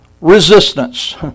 resistance